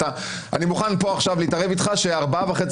אני מוכן פה עכשיו להתערב אתך שארבעה וחצי